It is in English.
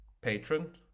patron